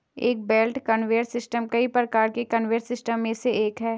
एक belt conveyor system कई प्रकार के कन्वेयर सिस्टम में से एक है